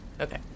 Okay